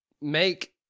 make